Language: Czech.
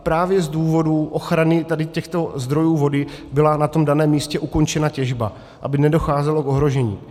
Právě z důvodu ochrany těchto zdrojů vody byla na tom daném místě ukončena těžba, aby nedocházelo k ohrožení.